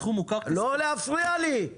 רק רציתי לציין התחום מוכר --- לא להפריע לי.